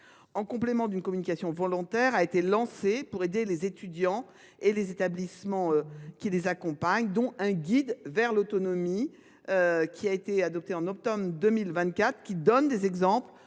En complément, une communication volontaire a été lancée pour aider les étudiants et les établissements les accompagnant. Ainsi, un guide vers l’autonomie a été adopté au mois d’octobre 2024 ; il donne des exemples